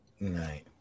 right